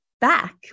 back